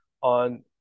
on